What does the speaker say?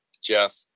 Jeff